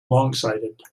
longsighted